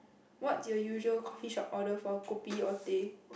what is your usual coffee shop order for kopi or teh